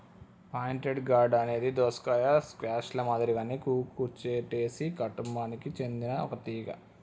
pointed gourd అనేది దోసకాయ, squash ల మాదిరిగానే కుకుర్చిటేసి కుటుంబానికి సెందిన ఒక తీగ